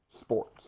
sports